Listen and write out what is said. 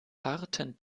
harten